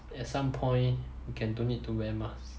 at some point you can don't need to wear mask